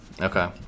Okay